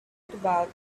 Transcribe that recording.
about